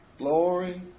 Glory